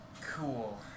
cool